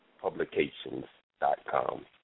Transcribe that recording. publications.com